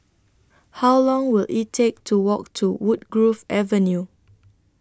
How Long Will IT Take to Walk to Woodgrove Avenue